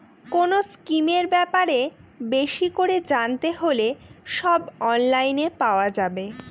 কোনো স্কিমের ব্যাপারে বেশি করে জানতে হলে সব অনলাইনে পাওয়া যাবে